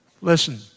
Listen